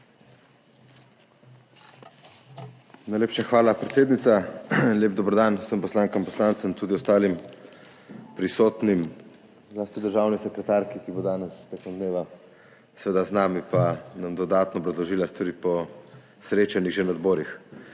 Najlepša hvala, predsednica. Lep dober dan vsem poslankam in poslancem, tudi ostalim prisotnim, zlasti državni sekretarki, ki bo danes čez dan seveda z nami, da nam dodatno obrazložila stvari po srečanjih že na odborih.